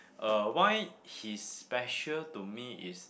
uh why he's special to me is